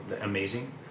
amazing